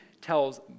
tells